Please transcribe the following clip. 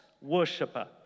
worshiper